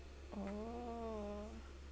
orh